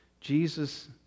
Jesus